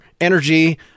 energy